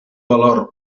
valor